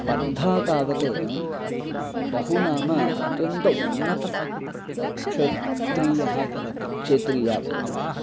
स्पर्धा तावत् बहूनाम् अत्यन्तः उन्नतः क्षेत्रीयः भवति क्षेत्रीया भवति